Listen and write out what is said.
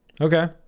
okay